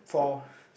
for